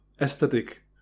aesthetic